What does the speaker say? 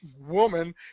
woman